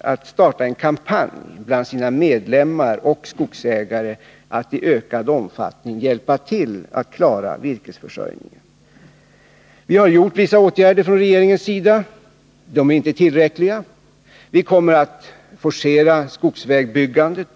att starta en kampanj bland sina medlemmar och skogsägare för att dessa i ökad omfattning skall hjälpa till att klara virkesförsörjningen. Vi har från regeringens sida vidtagit vissa åtgärder, men de är inte tillräckliga. Vi kommer att forcera byggandet av skogsvägar.